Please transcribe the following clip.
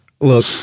look